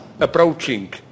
approaching